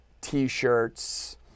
t-shirts